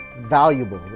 valuable